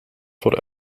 voor